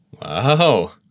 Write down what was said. Wow